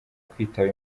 kwitaba